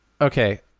Okay